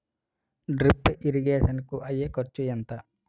Drip irrigation కూ అయ్యే ఖర్చు ఎంత?